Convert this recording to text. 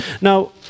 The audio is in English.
Now